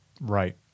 Right